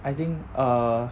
I think err